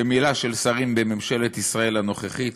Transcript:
שמילה של שרים בממשלת ישראל הנוכחית